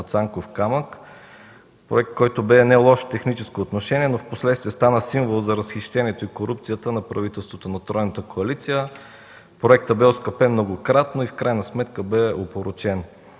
„Цанков камък” – проект, който бе нелош в техническо отношение, но впоследствие стана символ на разхищението и корупцията на правителството на тройната коалиция. Проектът бе оскъпен многократно и в крайна сметка бе опорочен.